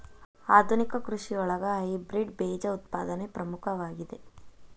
ಆಧುನಿಕ ಕೃಷಿಯೊಳಗ ಹೈಬ್ರಿಡ್ ಬೇಜ ಉತ್ಪಾದನೆ ಪ್ರಮುಖವಾಗಿದೆ